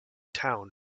town